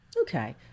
Okay